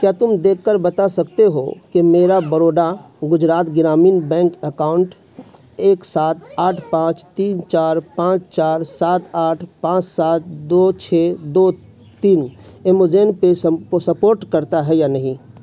کیا تم دیکھ کر بتا سکتے ہو کہ میرا بروڈا گجرات گرامین بینک اکاؤنٹ ایک سات آٹھ پانچ تین چار پانچ چار سات آٹھ پانچ سات دو چھ دو تین ایمجون پے سپورٹ کرتا ہے یا نہیں